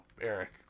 Eric